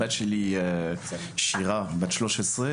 הבת שלי שירה בת 13,